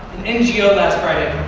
ngo last friday.